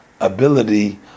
ability